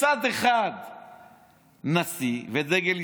בצד אחד נשיא ודגל ישראל,